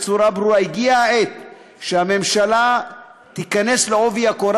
בצורה ברורה: הגיעה העת שהממשלה תיכנס בעובי הקורה